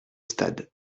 stade